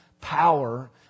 power